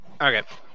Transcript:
Okay